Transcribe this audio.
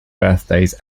birthdays